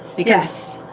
but yes,